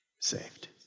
saved